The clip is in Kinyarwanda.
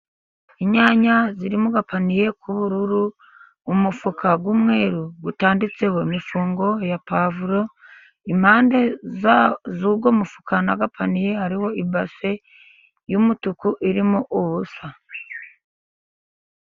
Inyanya ziri mu gapaniye k'ubururu, umufuka w'umweru utanditseho imifungo ya puwavuro, impande z'uwo mufuka n'agapaniye hariho ibase y'umutuku, irimo ubusa.